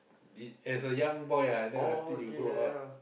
did as a young boy ah then until you grow up